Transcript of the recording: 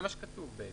זה מה שכתוב בעצם.